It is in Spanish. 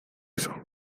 eso